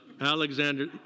Alexander